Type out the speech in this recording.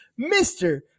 mr